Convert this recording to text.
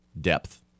Depth